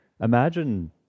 Imagine